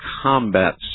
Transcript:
combat